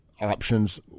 options